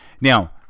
Now